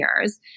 years